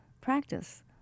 practice